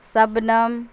شبنم